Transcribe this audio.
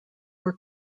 were